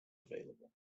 available